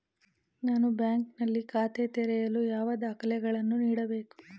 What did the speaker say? ನಾನು ಬ್ಯಾಂಕ್ ನಲ್ಲಿ ಖಾತೆ ತೆರೆಯಲು ಯಾವ ದಾಖಲೆಗಳನ್ನು ನೀಡಬೇಕು?